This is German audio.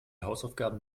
hausaufgaben